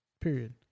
period